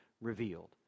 revealed